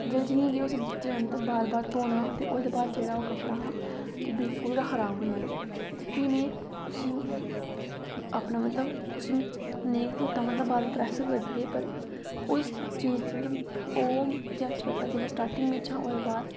ते जियां जियां उसी बार बार धोना ते ओह् कपड़ा जेह्ड़ा हा ते बिल्कुल गै खराब होइया ते भी में उसी अपना मतलब उसी में नेईं गै धोता पर बार बार प्रैस करदी रेही ते उस चीज़ च ओह् कपड़ा जेह्ड़ा मिगी उन्ने स्टार्टिंग च दित्ता हा